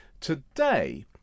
Today